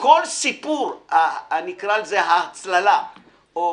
כל סיפור, נקרא לזה, ההצללה של